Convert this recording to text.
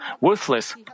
worthless